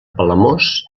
palamós